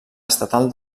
estatal